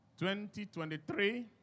2023